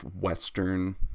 Western